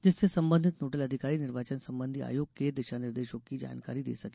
जिससे संबंधित नोडल अधिकारी निर्वाचन संबंधी आयोग के दिशा निर्देशों की जानकारी दे सके